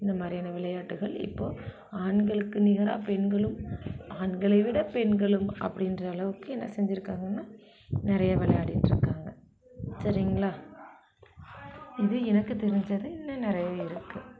இந்த மாதிரியான விளையாட்டுகள் இப்போது ஆண்களுக்கு நிகராக பெண்களும் ஆண்களை விட பெண்களும் அப்படின்ற அளவுக்கு என்ன செஞ்சுருக்காங்கன்னா நிறைய விளையாடிட்ருக்காங்க சரிங்களா இது எனக்கு தெரிஞ்சது இன்னும் நிறையவே இருக்கு